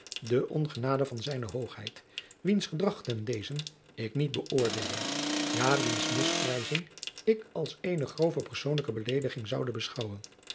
de ongenade van zijne hoogheid wiens gedrag ten dezen ik niet bëoordeelen ja wiens misprijzing ik als eene grove persoonlijke belediging zoude beschouwen